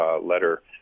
letter